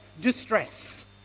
distress